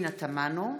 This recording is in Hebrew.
תודה.